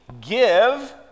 Give